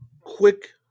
quick